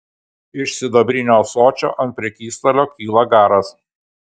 iš sidabrinio ąsočio ant prekystalio kyla garas